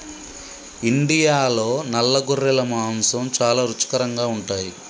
ఇండియాలో నల్ల గొర్రెల మాంసం చాలా రుచికరంగా ఉంటాయి